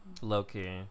low-key